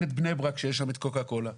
את בני ברק שיש שם חברת קוקה-קולה.